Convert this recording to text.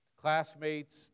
classmates